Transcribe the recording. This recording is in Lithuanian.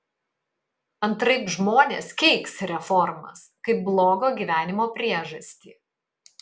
antraip žmonės keiks reformas kaip blogo gyvenimo priežastį